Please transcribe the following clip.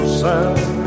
sound